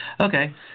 Okay